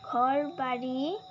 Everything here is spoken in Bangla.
ঘরবাড়ি